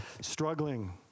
struggling